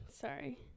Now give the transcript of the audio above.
Sorry